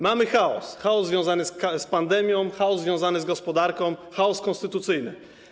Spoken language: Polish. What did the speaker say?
Mamy chaos: chaos związany z pandemią, chaos związany z gospodarką, chaos konstytucyjny.